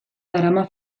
darama